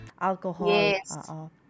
alcohol